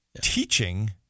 teaching